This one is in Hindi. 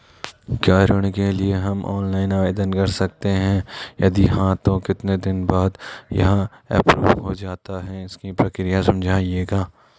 क्या ऋण के लिए हम ऑनलाइन आवेदन कर सकते हैं यदि हाँ तो कितने दिन बाद यह एप्रूव हो जाता है इसकी प्रक्रिया समझाइएगा?